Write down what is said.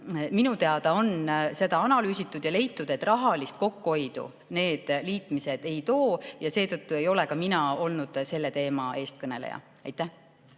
Minu teada on seda analüüsitud ja leitud, et rahalist kokkuhoidu need liitumised ei too. Seetõttu ei ole ka mina olnud selle teema eestkõneleja. Aitäh,